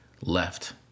left